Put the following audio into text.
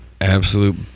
absolute